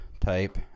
type